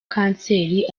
kanseri